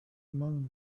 among